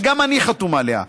שגם אני חתום עליה,